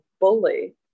bully